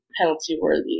penalty-worthy